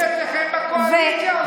אצלכם בקואליציה עושים את זה.